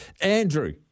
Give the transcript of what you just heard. Andrew